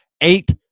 eight